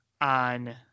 on